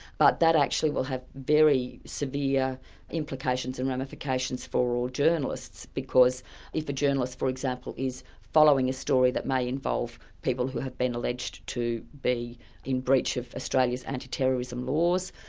but that actually will have very severe implications and ramifications for ah journalists, journalists, because if a journalist for example is following a story that may involve people who have been alleged to be in breach of australia's anti-terrorism laws,